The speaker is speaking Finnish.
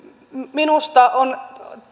minusta on